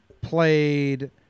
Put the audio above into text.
played